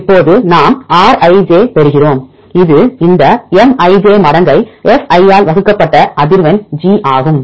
இப்போது நாம் Rij பெறுகிறோம் இது இந்த Mij மடக்கை fi ஆல் வகுக்கப்பட்ட அதிர்வெண்G ஆகும்